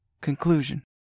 Conclusion